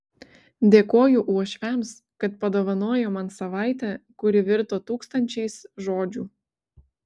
dėkoju uošviams kad padovanojo man savaitę kuri virto tūkstančiais žodžių